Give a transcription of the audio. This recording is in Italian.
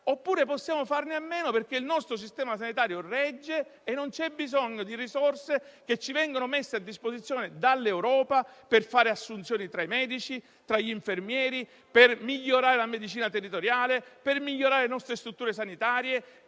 oppure possiamo farne a meno perché il nostro sistema sanitario regge e non c'è bisogno di risorse che ci vengono messe a disposizione dall'Europa per fare assunzioni tra i medici e tra gli infermieri, per migliorare la medicina territoriale, per migliorare le nostre strutture sanitarie,